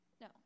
no